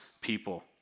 people